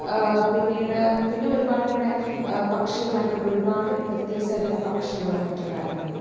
പിന്നീട് പിന്നെ ഒരുപാടിവടെ പക്ഷികളായിക്കോട്ടെ ഒരുപാട് വ്യത്യസ്ഥയിട്ട്ളള പക്ഷികളും മറ്റും കാര്യങ്ങളുണ്ട്